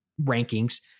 rankings